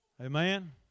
Amen